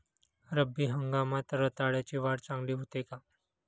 रब्बी हंगामात रताळ्याची वाढ चांगली होते का?